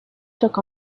took